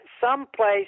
someplace